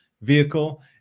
vehicle